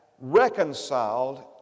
reconciled